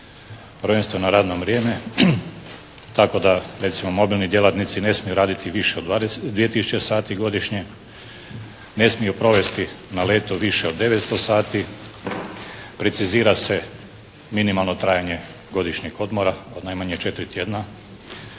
prvenstveno radno vrijeme tako da recimo mobilni djelatnici ne smiju raditi više od 2 tisuće sati godišnje, ne smiju provesti na letu više od 900 sati, precizira se minimalno trajanje godišnjeg odmora od najmanje četiri tjedna,